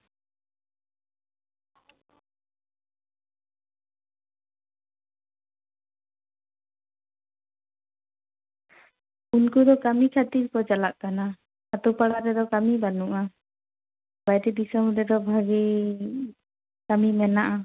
ᱩᱱᱠᱩ ᱫᱚ ᱠᱟᱹᱢᱤ ᱠᱷᱟᱹᱛᱤᱨ ᱠᱚ ᱪᱟᱞᱟᱜ ᱠᱟᱱᱟ ᱟᱛᱳ ᱯᱟᱲᱟ ᱨᱮᱫᱚ ᱠᱟᱹᱢᱤ ᱵᱟᱹᱱᱩᱜᱼᱟ ᱵᱟᱭᱨᱮ ᱫᱤᱥᱚᱢ ᱨᱮᱫᱚ ᱵᱷᱟᱜᱮ ᱠᱟᱹᱢᱤ ᱢᱮᱱᱟᱜᱼᱟ